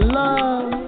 love